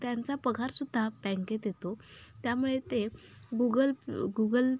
त्यांचा पगारसुद्धा बँकेत येतो त्यामुळे ते गुगल गुगल